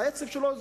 העצב שלו,